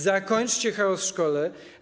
Zakończcie chaos w szkole.